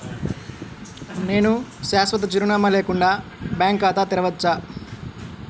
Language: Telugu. నేను శాశ్వత చిరునామా లేకుండా బ్యాంక్ ఖాతా తెరవచ్చా?